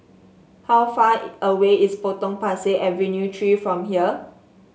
how far away is Potong Pasir Avenue Three from here